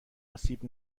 آسیب